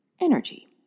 energy